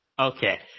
Okay